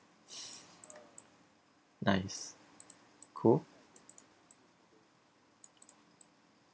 nice cool